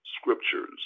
scriptures